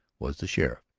was the sheriff.